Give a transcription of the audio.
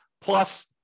plus